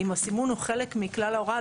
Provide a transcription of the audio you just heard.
אם הסימון הוא חלק מכלל ההוראה,